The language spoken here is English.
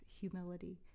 humility